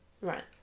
Right